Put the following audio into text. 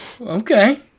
okay